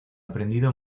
aprendido